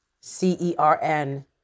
C-E-R-N